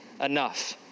enough